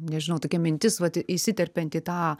nežinau tokia mintis vat įsiterpiant į tą